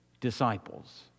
disciples